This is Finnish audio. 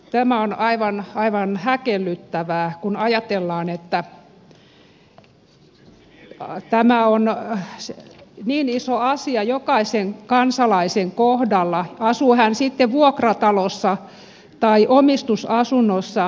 tämä on aivan häkellyttävää kun ajatellaan että tämä on niin iso asia jokaisen kansalaisen kohdalla asuu hän sitten vuokratalossa tai omistusasunnossa